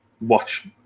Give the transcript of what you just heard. watch